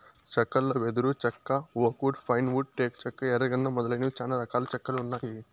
చెక్కలలో వెదురు చెక్క, ఓక్ వుడ్, పైన్ వుడ్, టేకు చెక్క, ఎర్ర గందం మొదలైనవి చానా రకాల చెక్కలు ఉన్నాయి